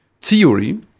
theory